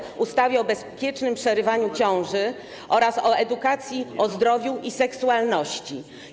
Chodzi o ustawę o bezpiecznym przerywaniu ciąży oraz o edukacji, o zdrowiu i seksualności.